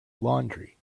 laundry